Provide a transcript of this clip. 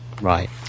Right